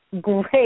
great